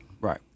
right